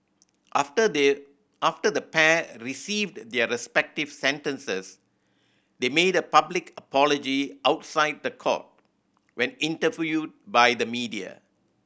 after they after the pair received their respective sentences they made a public apology outside the court when interviewed by the media